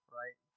right